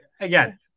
Again